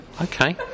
okay